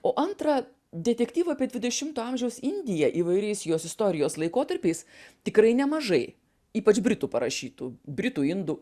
o antra detektyvai apie dvidešimto amžiaus indiją įvairiais jos istorijos laikotarpiais tikrai nemažai ypač britų parašytų britų indų